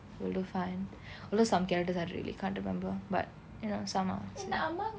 we'll do fine although some characters I really can't remember but you know some are